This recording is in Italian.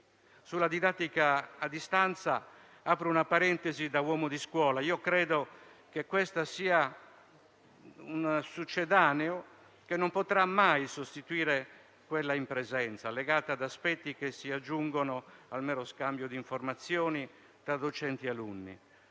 alla didattica a distanza, apro una parentesi da uomo di scuola. Credo che questa sia un succedaneo che non potrà mai sostituire quella in presenza, legata ad aspetti che si aggiungono al mero scambio di informazioni tra docenti e alunni.